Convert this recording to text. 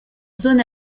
zone